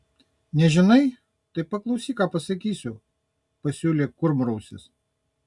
nežinai tai paklausyk ką pasakysiu pasiūlė kurmrausis